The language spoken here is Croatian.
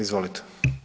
Izvolite.